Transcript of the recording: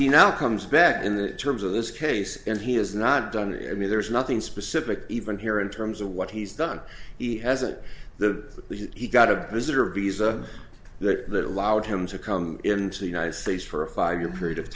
he now comes back in the terms of this case and he has not done it i mean there's nothing specific even here in terms of what he's done he hasn't the he got a visitor visa that that allowed him to come into the united states for a five year period of